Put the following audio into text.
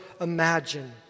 imagine